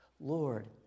Lord